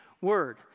word